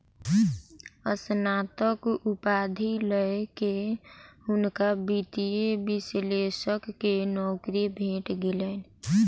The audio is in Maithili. स्नातक उपाधि लय के हुनका वित्तीय विश्लेषक के नौकरी भेट गेलैन